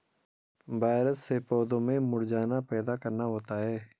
virus से पौधों में मुरझाना पैदा करना होता है